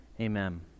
Amen